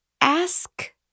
ask